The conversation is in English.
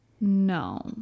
no